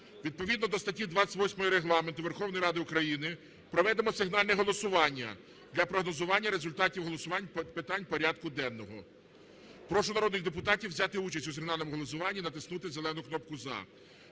відповідно до статті 28 Регламенту Верховної Ради України проведемо сигнальне голосування для прогнозування результатів голосувань питань порядку денного. Прошу народних депутатів взяти участь у сигнальному голосуванні, натиснути зелену кнопку "за".